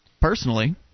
personally